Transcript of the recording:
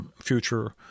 future